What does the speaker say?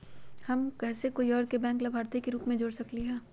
हम कैसे कोई और के बैंक लाभार्थी के रूप में जोर सकली ह?